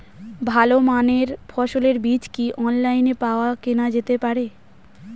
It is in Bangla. ভালো মানের ফসলের বীজ কি অনলাইনে পাওয়া কেনা যেতে পারে?